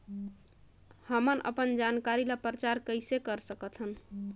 हमन अपन जानकारी ल प्रचार कइसे कर सकथन?